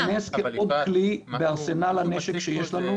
הוא כלי בארסנל הנשק שיש לנו,